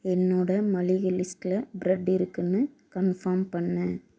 என்னோட மளிகை லிஸ்டில் பிரட் இருக்குன்னு கன்ஃபார்ம் பண்ணு